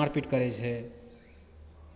मारपीट करै छै